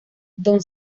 don